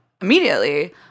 immediately